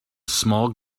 small